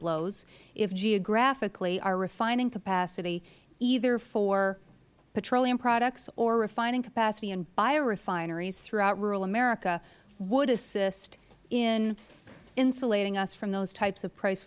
blows if geographically our refining capacity either for petroleum products or refining capacity in biorefineries throughout rural american would assist in insulating us from those types of price